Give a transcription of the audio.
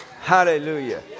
Hallelujah